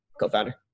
co-founder